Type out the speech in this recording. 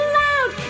loud